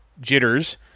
jitters